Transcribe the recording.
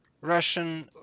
Russian